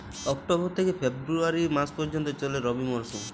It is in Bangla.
অক্টোবর থেকে ফেব্রুয়ারি মাস পর্যন্ত চলে রবি মরসুম